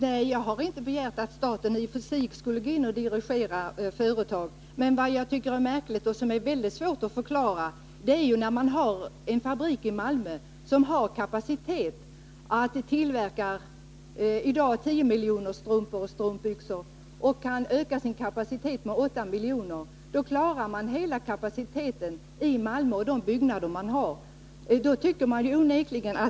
Herr talman! Jag har inte begärt att staten skall gå in och dirigera företag. Men jag tycker att det är märkligt och väldigt svårförklarligt att en ny fabrik skall byggas när det redan finns en fabrik i Malmö som i dag har kapacitet att tillverka 10 miljoner strumpor och strumpbyxor och som kan öka sin kapacitet med ytterligare 8 miljoner. Således klarar företaget den produktion som behövs i de byggnader man har i Malmö.